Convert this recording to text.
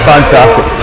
Fantastic